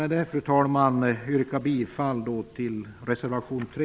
Med det vill jag yrka bifall till reservation 3.